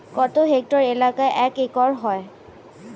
কত হেক্টর এলাকা এক একর হয়?